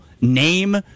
name